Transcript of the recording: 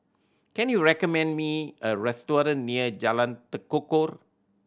can you recommend me a restaurant near Jalan Tekukor